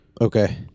Okay